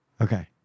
Okay